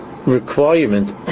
Requirement